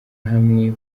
hamwe